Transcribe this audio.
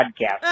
podcast